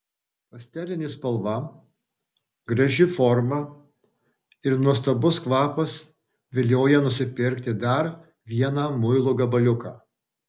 pastelinė spalva graži forma ir nuostabus kvapas vilioja nusipirkti dar vieną muilo gabaliuką